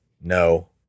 No